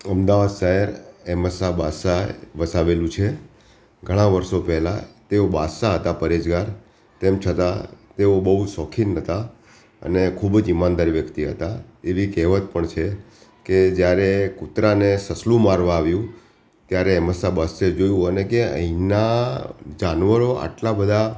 અમદાવાદ શહેર અહેમદ સાહ બાદશાહે વસાવેલું છે ઘણા વર્ષો પહેલાં તેઓ બાદશાહ હતા પરહેજગાર તેમ છતાં તેઓ બોઉ શોખીન હતા અને ખૂબ જ ઈમાનદાર વ્યક્તિ હતા એવી કહેવત પણ છે કે જ્યારે કૂતરાને સસલું મારવા આવ્યું ત્યારે અહેમદશાહ બાદશાહે જોયું અને કે અહીંના જાનવરો આટલા બધા